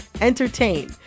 entertain